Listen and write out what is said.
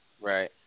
Right